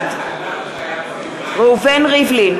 בעד ראובן ריבלין,